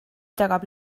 tagab